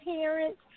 parents